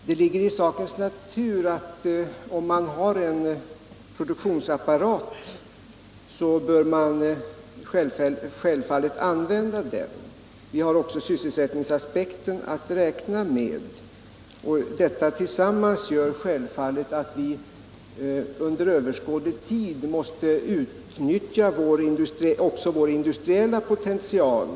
Herr talman! Om man har en produktionsapparat bör man självfallet använda den -— det ligger i sakens natur. Vi har också sysselsättningsaspekten att räkna med. Detta tillsammans gör att vi under överskådlig tid självfallet måste utnyttja vår industriella potential.